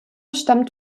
stammt